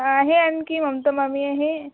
आहे आणखी ममता मामी आहे